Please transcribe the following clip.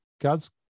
God's